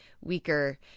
weaker